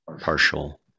partial